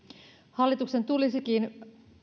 hallituksen tulisikin